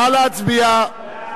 נא להצביע.